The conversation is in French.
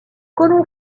colon